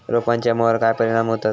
रोपांच्या मुळावर काय परिणाम होतत?